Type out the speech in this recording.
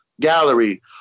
Gallery